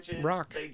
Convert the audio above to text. rock